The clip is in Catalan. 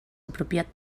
apropiat